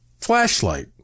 flashlight